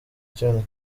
cyane